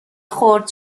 خرد